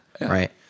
right